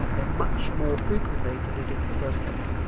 and much more frequently than they did with the first case.